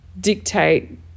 dictate